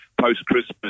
post-Christmas